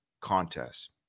contest